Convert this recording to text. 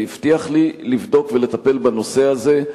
והוא הבטיח לי לבדוק ולטפל בנושא הזה,